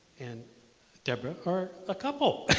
and debra are a couple.